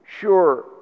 Sure